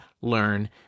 learn